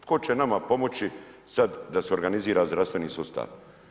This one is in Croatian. Tko će nama pomoći sad da se organizira zdravstveni sustav?